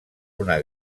una